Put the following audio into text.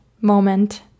moment